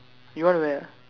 you want to wear ah